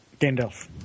Gandalf